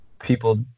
People